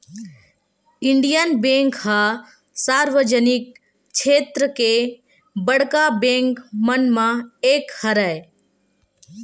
Indian bank ह सार्वजनिक छेत्र के बड़का बेंक मन म एक हरय